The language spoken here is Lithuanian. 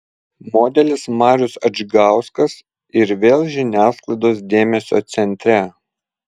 modelis marius adžgauskas ir vėl žiniasklaidos dėmesio centre